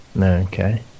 Okay